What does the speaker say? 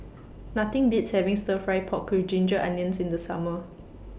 Nothing Beats having Stir Fry Pork with Ginger Onions in The Summer